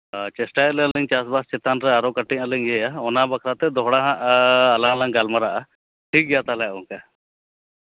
ᱪᱮᱥᱴᱟᱭᱟᱞᱤᱧ ᱪᱟᱥᱵᱟᱥ ᱪᱮᱛᱟᱱ ᱨᱮ ᱟᱨᱚ ᱠᱟᱹᱴᱤᱡ ᱦᱟᱸᱜ ᱞᱤᱧ ᱤᱭᱟᱹᱭᱟ ᱚᱱᱟ ᱥᱟᱶᱛᱮ ᱫᱚᱦᱲᱟ ᱦᱟᱸᱜ ᱟᱞᱟᱝ ᱞᱟᱝ ᱜᱟᱞᱢᱟᱨᱟᱜᱼᱟ ᱴᱷᱤᱠ ᱜᱮᱭᱟ ᱛᱟᱦᱚᱞᱮ ᱜᱚᱢᱠᱮ